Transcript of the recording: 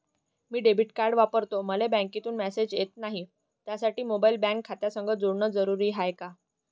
मी debit card वापरतो मले बँकेतून मॅसेज येत नाही, त्यासाठी मोबाईल बँक खात्यासंग जोडनं जरुरी हाय का?